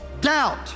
doubt